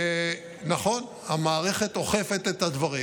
נכון, המערכת אוכפת את הדברים.